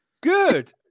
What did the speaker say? Good